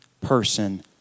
person